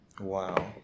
Wow